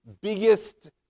Biggest